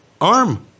arm